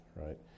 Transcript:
right